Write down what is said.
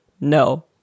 no